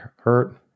hurt